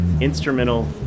Instrumental